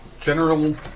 general